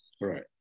Right